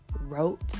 wrote